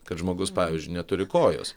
kad žmogus pavyzdžiui neturi kojos